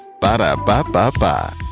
Ba-da-ba-ba-ba